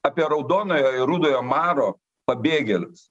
apie raudonojo ir rudojo maro pabėgėlius